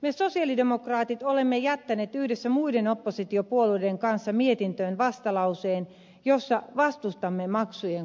me sosialidemokraatit olemme jättäneet yhdessä muiden oppositiopuolueiden kanssa mietintöön vastalauseen jossa vastustamme maksujen korotuksia